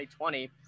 2020